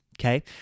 okay